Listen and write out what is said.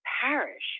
parish